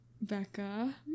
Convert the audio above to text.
Becca